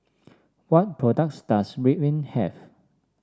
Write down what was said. what products does Ridwind have